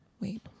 Wait